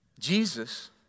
Jesus